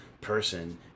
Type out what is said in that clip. person